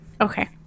Okay